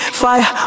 fire